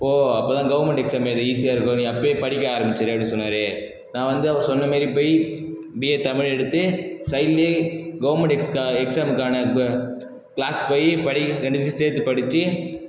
போ அப்போதான் government exam எழுத ஈஸியாக இருக்கும் நீ அப்படியே படிக்க ஆரம்பிச்சுடு அப்படி சொன்னார் நான் வந்து அவர் சொன்ன மாதிரி போய் பிஏ தமிழ் எடுத்து சைட்லையே கவர்மென்ட் எக்ஸ்கா எக்ஸாமுக்கான கிளாஸ் போய் படிக்க ரெண்டுத்தையும் சேர்த்து படிச்சு